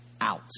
out